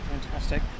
Fantastic